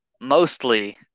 mostly